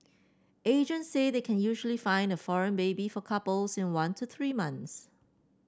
agent say they can usually find a foreign baby for couples in one to three months